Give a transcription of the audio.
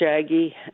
shaggy